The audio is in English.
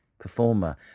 Performer